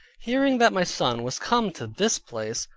hearing that my son was come to this place,